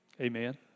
Amen